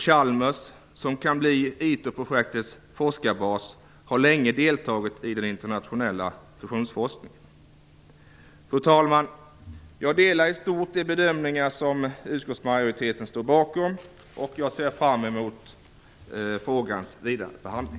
Chalmers, som kan bli ITER-projektets forskarbas, har länge deltagit i den internationella fusionsforskningen. Fru talman! Jag delar i stort de bedömningar som utskottsmajoriteten har gjort, och jag ser fram emot frågans vidare behandling.